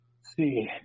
see